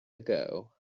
ago